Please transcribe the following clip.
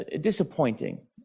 disappointing